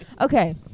okay